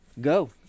go